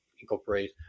incorporate